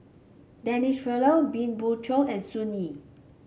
Denise Fletcher been Beng Chong and Sun Yee